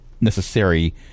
necessary